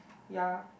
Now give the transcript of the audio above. ya